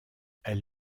elle